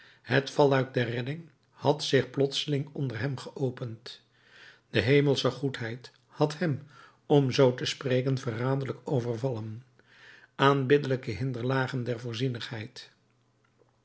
het valluik der redding had zich plotseling onder hem geopend de hemelsche goedheid had hem om zoo te spreken verraderlijk overvallen aanbiddelijke hinderlagen der